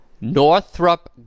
Northrop